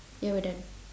ya we're done